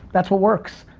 that's what works.